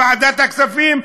ועדת הכספים,